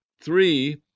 three